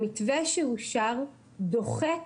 המתווה שאושר דוחק